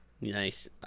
Nice